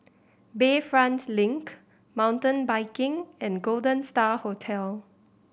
Bayfront Link Mountain Biking and Golden Star Hotel